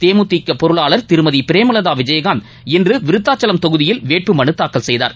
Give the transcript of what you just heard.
தேமுதிக பொருளாளா் திருமதி பிரேமலதா விஜயகாந்த் இன்று விருதாச்சலம் தொகுதியில் வேட்பு மனு தாக்கல் செய்தார்